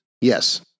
yes